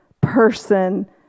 person